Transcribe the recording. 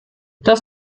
das